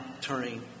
turning